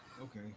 okay